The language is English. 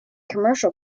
commercial